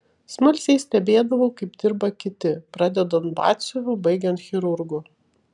smalsiai stebėdavau kaip dirba kiti pradedant batsiuviu baigiant chirurgu